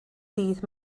ddydd